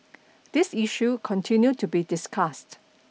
this issue continued to be discussed